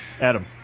Adam